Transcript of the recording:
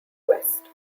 west